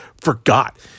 forgot